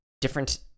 different